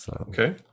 Okay